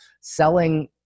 selling